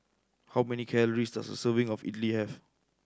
how many calories does a serving of idly have